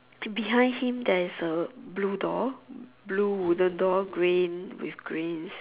and behind him there is a blue door blue wooden door green with grey